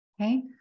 Okay